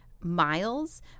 miles